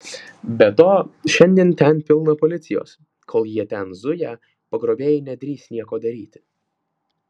be to šiandien ten pilna policijos kol jie ten zuja pagrobėjai nedrįs nieko daryti